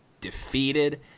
defeated